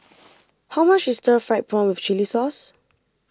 how much is Stir Fried Prawn with Chili Sauce